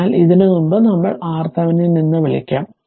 അതിനാൽ ഇതിനുമുമ്പ് നമ്മൾ കണ്ടത് RThevenin എന്ന് വിളിക്കാം